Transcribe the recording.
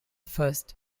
first